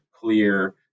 clear